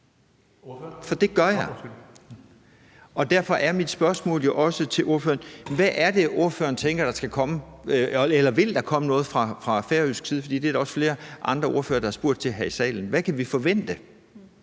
for det gør jeg. Derfor er mit spørgsmål også til ordføreren: Hvad er det ordføreren tænker der skal komme, eller vil der komme noget fra færøsk side? Det er der også flere andre ordførere der har spurgt om her i salen. Hvad kan vi forvente?